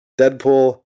Deadpool